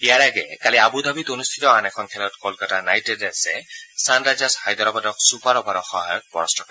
ইয়াৰ আগেয়ে কালি আবু ধাবিত অনুষ্ঠিত আন এখন খেলত কলকাতা নাইট ৰাইডাৰ্ছে ছানৰাইজাৰ্ছ হায়দৰাবাদক ছুপাৰ অভাৰৰ সহায়ত পৰাস্ত কৰে